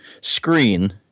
screen